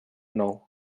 nou